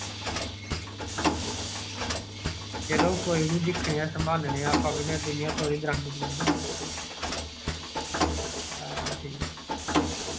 चलो कोई नेईं दिक्खने आं संभालने आं दिन्ने आं थोह्ड़ी दरंड द्रुंड हां ठीक ऐ